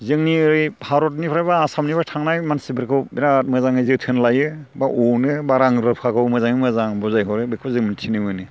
जोंनि ओरै भारतनिफ्राय बा आसामनिफ्राय थांनाय मानसिफोरखौ बिराद मोजाङै जोथोन लायो बा अनो बा रां रुफाखौ मोजाङै मोजां बुजायहरो बेखौ जों मिन्थिनो मोनो